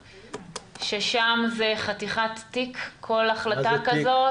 ששם זה חתיכת תיק כל החלטה כזאת,